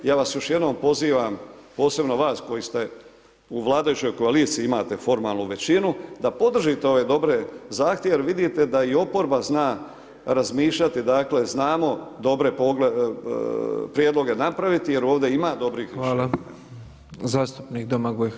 Ja vas još jednom pozivam, posebno vas koji ste u vladajućoj koaliciji imate formalnu većinu da podržite ove dobre zahtjeve jer vidite da i oporba zna razmišljati, dakle, znamo dobre prijedloge napraviti jer ovdje ima dobrih i loših.